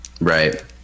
Right